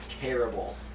terrible